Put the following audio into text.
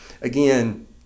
Again